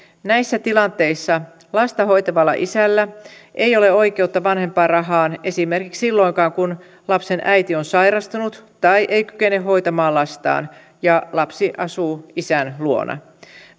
näissä tilanteissa lasta hoitavalla isällä ei ole oikeutta vanhempainrahaan esimerkiksi silloinkaan kun lapsen äiti on sairastunut tai ei kykene hoitamaan lastaan ja lapsi asuu isän luona